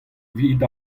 evit